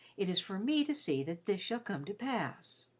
it is for me to see that this shall come to pass.